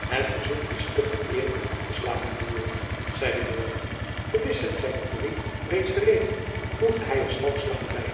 het verzoek is te vereerend om afgeslagen te worden zeide buat gewis hebt gy uw brief reeds gereed voegde hy er schalks lachend by